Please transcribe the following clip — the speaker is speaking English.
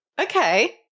okay